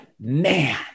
man